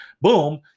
boom